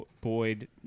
Boyd